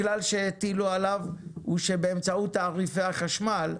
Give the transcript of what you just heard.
הכלל שהטילו עליו הוא שבאמצעות תעריפים החשמל,